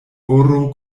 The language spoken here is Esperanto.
oro